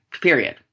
Period